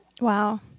Wow